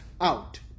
out